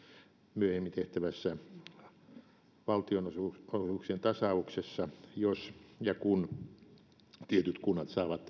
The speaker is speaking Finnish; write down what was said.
myöhemmin tehtävässä valtionosuuksien tasauksessa jos ja kun tietyt kunnat saavat